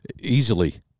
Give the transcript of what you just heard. Easily